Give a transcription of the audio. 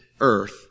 earth